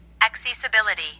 Accessibility